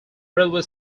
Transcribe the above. railway